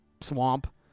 swamp